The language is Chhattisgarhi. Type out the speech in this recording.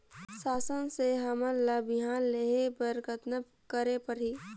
शासन से हमन ला बिहान लेहे बर कतना करे परही?